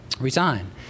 resign